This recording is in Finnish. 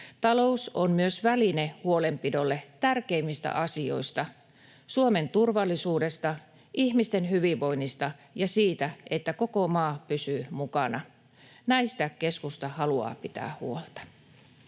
Talous on myös väline huolenpidolle tärkeimmistä asioista: Suomen turvallisuudesta, ihmisten hyvinvoinnista ja siitä, että koko maa pysyy mukana. Näistä keskusta haluaa pitää huolta.